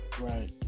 right